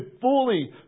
fully